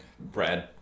Brad